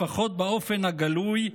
לפחות באופן הגלוי,